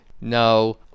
No